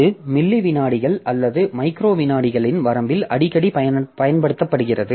இது மில்லி விநாடிகள் அல்லது மைக்ரோ விநாடிகளின் வரம்பில் அடிக்கடி பயன்படுத்தப்படுகிறது